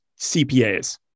CPAs